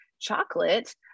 chocolate